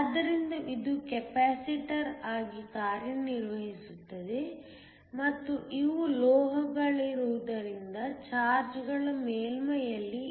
ಆದ್ದರಿಂದ ಇದು ಕೆಪಾಸಿಟರ್ ಆಗಿ ಕಾರ್ಯನಿರ್ವಹಿಸುತ್ತದೆ ಮತ್ತು ಇವು ಲೋಹಗಳಾಗಿರುವುದರಿಂದ ಚಾರ್ಜ್ಗಳು ಮೇಲ್ಮೈಯಲ್ಲಿ ಇರುತ್ತವೆ